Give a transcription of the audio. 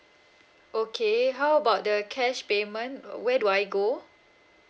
okay how about the cash payment uh where do I go